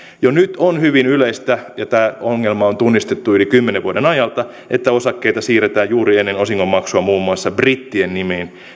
jo nyt on hyvin yleistä ja tämä ongelma on tunnistettu yli kymmenen vuoden ajalta että osakkeita siirretään juuri ennen osingonmaksua muun muassa brittien nimiin